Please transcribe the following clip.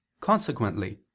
Consequently